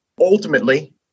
Ultimately